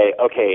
okay